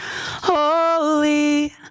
Holy